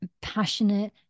passionate